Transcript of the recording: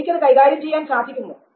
എനിക്ക് അത് കൈകാര്യം ചെയ്യാൻ സാധിക്കുമോ